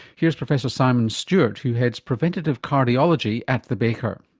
here's professor simon stewart who heads preventative cardiology at the baker.